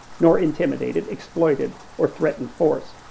nor intimidated, exploited or threatened force.